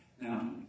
Now